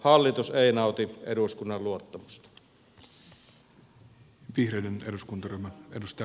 hallitus ei nauti eduskunnan luottamusta